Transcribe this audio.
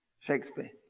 shakespeare?